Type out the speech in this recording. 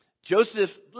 Joseph